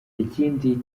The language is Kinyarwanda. ikindi